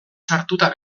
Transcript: sartuta